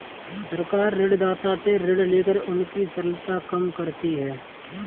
सरकार ऋणदाता से ऋण लेकर उनकी तरलता कम करती है